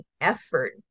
effort